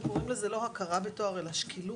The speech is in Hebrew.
לכן, אנחנו קוראים לזה לא הכרה בתואר אלא שקילות.